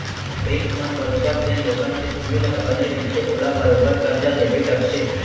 bank मन बरोबर जेन लोगन के सिविल ह बने रइथे ओला बरोबर करजा देबे करथे